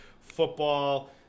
football